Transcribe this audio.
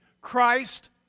Christ